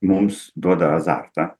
mums duoda azartą